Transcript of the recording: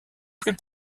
plus